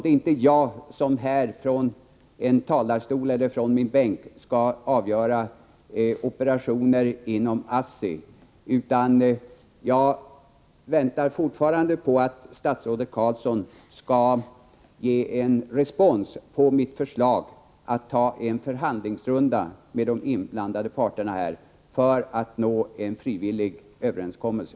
Det är inte jag som här från talarstolen eller från min bänk skall avgöra operationer inom ASSI. Jag väntar fortfarande på att statsrådet Carlsson skall ge respons på mitt förslag att ta en förhandlingsrunda med de inblandade parterna för att nå en frivillig överenskommelse.